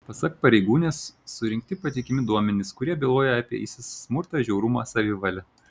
pasak pareigūnės surinkti patikimi duomenys kurie byloja apie isis smurtą žiaurumą savivalę